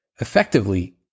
Effectively